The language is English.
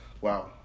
Wow